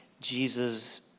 Jesus